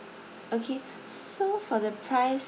okay so for the price